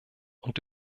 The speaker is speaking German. und